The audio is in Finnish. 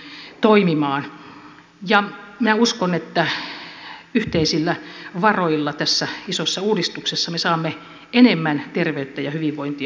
minä uskon että yhteisillä varoilla tässä isossa uudistuksessa me saamme enemmän terveyttä ja hyvinvointia aikaiseksi